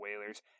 Whalers